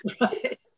Right